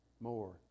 more